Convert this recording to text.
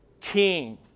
king